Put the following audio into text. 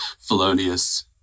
felonious